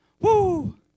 Woo